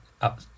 up